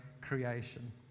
creation